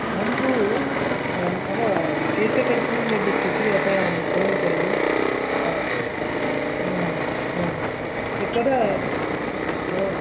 अहं तु मम केशकर्तनं भविष्यति अतः अहं कोल् करोमि त् कदा मम